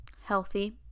healthy